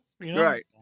Right